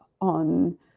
on